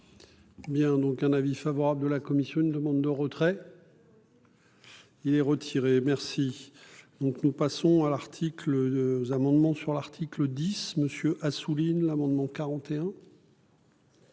Bien, donc un avis favorable de la commission, une demande de retrait. Il est retiré. Merci. Donc nous passons à l'article 2 amendements sur l'article 10, monsieur Assouline. L'amendement 41.